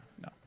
No